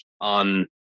on